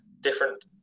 Different